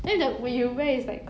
oh